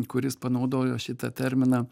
kuris panaudojo šitą terminą